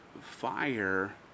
fire